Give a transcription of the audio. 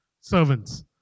servants